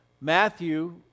Matthew